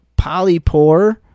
polypore